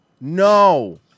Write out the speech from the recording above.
no